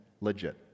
legit